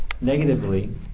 Negatively